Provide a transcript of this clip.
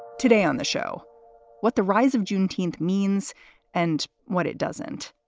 today on the show what the rise of juneteenth means and what it doesn't